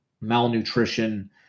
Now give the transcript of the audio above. malnutrition